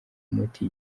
muti